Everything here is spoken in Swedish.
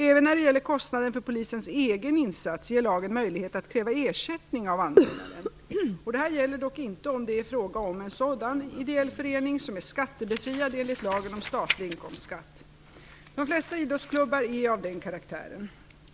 Även när det gäller kostnaden för polisens egen insats ger lagen möjlighet att kräva ersättning av arrangören. Detta gäller dock inte om det är fråga om en sådan ideell förening som är skattebefriad enligt lagen om statlig inkomstskatt. De flesta idrottsklubbar är av denna karaktär.